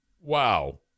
Wow